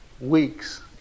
weeks